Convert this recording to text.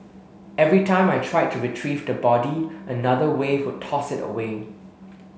every time I tried to retrieve the body another wave would toss it away